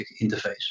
interface